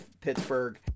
Pittsburgh